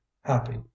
happy